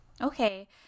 okay